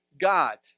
God